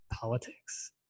politics